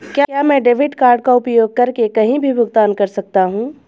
क्या मैं debit card का उपयोग करके कहीं भी भुगतान कर सकता हूं?